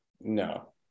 no